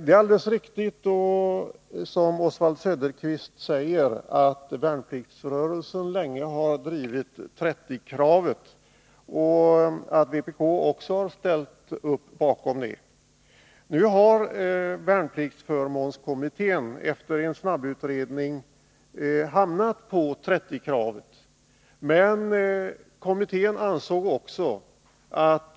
Det är alldeles riktigt, som Oswald Söderqvist säger, att värnplikts 175 rörelsen länge har drivit kravet om 30 kr. per dag och att vpk har ställt upp bakom det. Nu har värnpliktsförmånskommittén efter en snabbutredning hamnat på kravet 30 kr., men kommittén ansåg också att